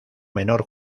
menor